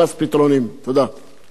תודה רבה לחבר הכנסת דוד אזולאי.